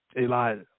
Elijah